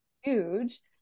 huge